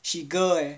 she girl eh